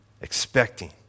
expecting